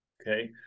Okay